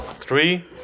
Three